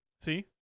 See